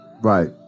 right